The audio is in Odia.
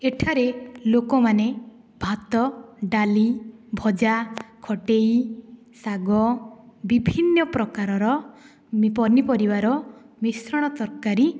ଏଠାରେ ଲୋକମାନେ ଭାତ ଡାଲି ଭଜା ଖଟେଇ ଶାଗ ବିଭିନ୍ନ ପ୍ରକାରର ପନିପରିବାର ମିଶ୍ରଣ ତରକାରୀ